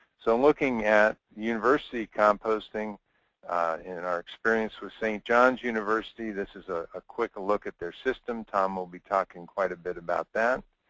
so in looking at university composting in our experience with st. john's university, this is a ah quick look at their system. tom will be talking quite a bit about that.